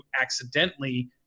accidentally